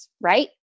right